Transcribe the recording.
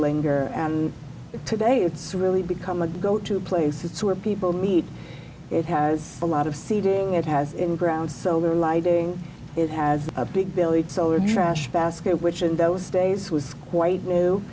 linger and today it's really become a go to places where people meet it has a lot of seating it has in ground solar lighting it has a big billet solar trash basket which in those days was quite new